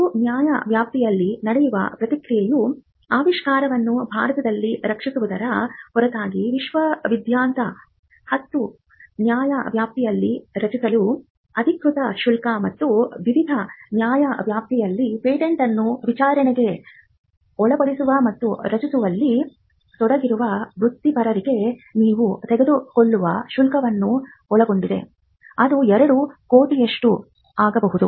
ಬಹು ನ್ಯಾಯವ್ಯಾಪ್ತಿಯಲ್ಲಿ ನಡೆಯುವ ಪ್ರಕ್ರಿಯೆಯು ಆವಿಷ್ಕಾರವನ್ನು ಭಾರತದಲ್ಲಿ ರಕ್ಷಿಸುವುದರ ಹೊರತಾಗಿ ವಿಶ್ವದಾದ್ಯಂತ 10 ನ್ಯಾಯವ್ಯಾಪ್ತಿಯಲ್ಲಿ ರಕ್ಷಿಸಲು ಅಧಿಕೃತ ಶುಲ್ಕ ಮತ್ತು ವಿವಿಧ ನ್ಯಾಯವ್ಯಾಪ್ತಿಯಲ್ಲಿ ಪೇಟೆಂಟ್ ಅನ್ನು ವಿಚಾರಣೆಗೆ ಒಳಪಡಿಸುವ ಮತ್ತು ರಚಿಸುವಲ್ಲಿ ತೊಡಗಿರುವ ವೃತ್ತಿಪರರಿಗೆ ನೀವು ತೆಗೆದುಕೊಳ್ಳುವ ಶುಲ್ಕವನ್ನು ಒಳಗೊಂಡಿದೆ ಅದು 2 ಕೋಟಿಯಷ್ಟು ಆಗಬಹುದು